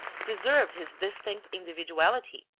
preserved his distinct individuality,